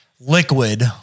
liquid